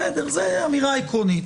בסדר, זה אמירה עקרונית.